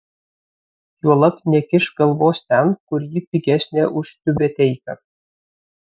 juolab nekišk galvos ten kur ji pigesnė už tiubeteiką